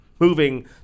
moving